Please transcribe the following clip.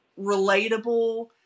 relatable